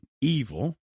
evil